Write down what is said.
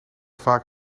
vaak